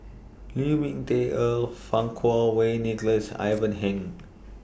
Lu Ming Teh Earl Fang Kuo Wei Nicholas Ivan Heng